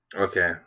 Okay